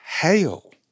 hail